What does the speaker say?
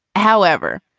however,